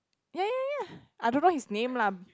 yeah yeah yeah I don't know his name lah